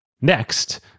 Next